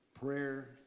prayer